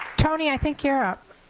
tony, i think you're up.